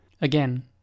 Again